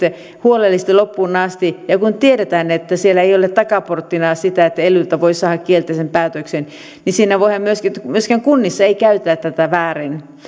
huolellisesti loppuun asti ja kun tiedetään että siellä ei ole takaporttina sitä että elyltä voi saada kielteisen päätöksen niin myöskään kunnissa ei voida käyttää tätä väärin